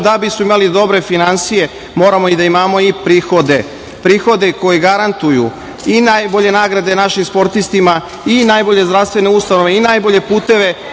da bismo imali dobre finansije moramo i da imamo prihode, prihode koji garantuju i najbolje nagrade našim sportistima i najbolje zdravstven ustanove i najbolje puteve,